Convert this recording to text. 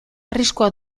arriskua